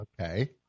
Okay